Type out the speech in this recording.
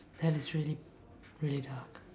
that is really really dark